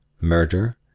murder